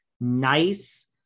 nice